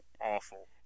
awful